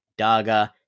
daga